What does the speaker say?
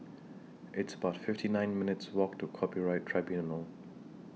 It's about fifty nine minutes' Walk to Copyright Tribunal